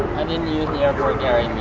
i didn't use the airport gary